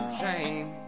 shame